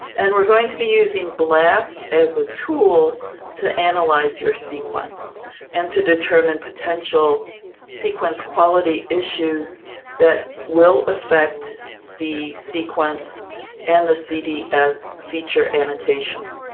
and we're going to be using blast as a tool to analyze your sequence and to determine potential sequence quality issues that will affect the sequence and the cds feature annotation.